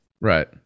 Right